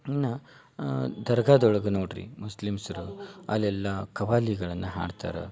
ಇನ್ನ ದರ್ಗಾದೊಳಗೆ ನೋಡ್ರಿ ಮುಸ್ಲೀಮ್ಸ್ರು ಅಲ್ಲೆಲ್ಲ ಖವಾಲಿಗಳನ್ನು ಹಾಡ್ತಾರ